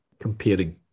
comparing